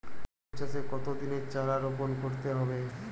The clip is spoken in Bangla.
হলুদ চাষে কত দিনের চারা রোপন করতে হবে?